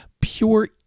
pure